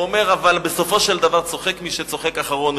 אומר: אבל בסופו של דבר צוחק מי שצוחק אחרון,